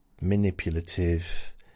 manipulative